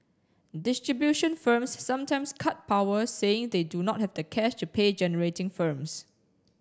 distribution firms sometimes cut power saying they do not have the cash to pay generating firms